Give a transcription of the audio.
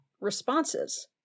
responses